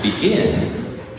begin